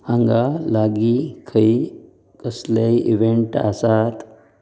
हांगा लागीं खंय कसलेय इवेंट आसात